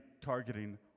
targeting